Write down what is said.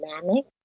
dynamic